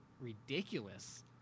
ridiculous